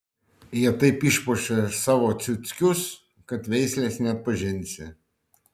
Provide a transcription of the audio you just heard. jie taip išpuošė savo ciuckius kad veislės neatpažinsi